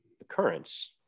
occurrence